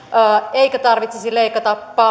eikä tarvitsisi leikata